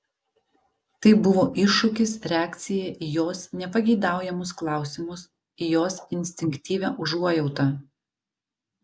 tai buvo iššūkis reakcija į jos nepageidaujamus klausimus į jos instinktyvią užuojautą